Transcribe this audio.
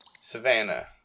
Savannah